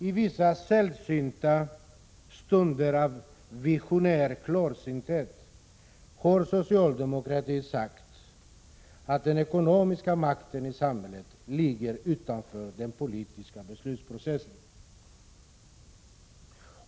I vissa sällsynta stunder av visionär klarsynthet har från socialdemokratiskt håll uttalats att den ekonomiska makten i samhället ligger utanför den politiska beslutsprocessen.